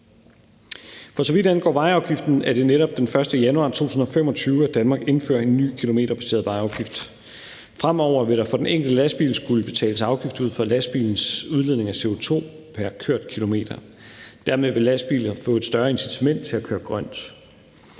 For så vidt angår vejafgiften, er det netop den 1. januar 2025, Danmark indfører en ny kilometerbaseret vejafgift. Fremover vil der for den enkelte lastbil skulle betales en afgift ud fra lastbilens udledning af CO2 pr. kørt kilometer. Dermed vil lastbiler få et større incitament til at køre grønt.